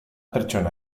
pertsona